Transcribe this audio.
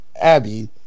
Abby